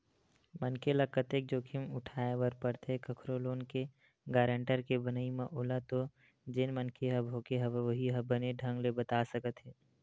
मनखे ल कतेक जोखिम उठाय बर परथे कखरो लोन के गारेंटर के बनई म ओला तो जेन मनखे ह भोगे हवय उहीं ह बने ढंग ले बता सकत हे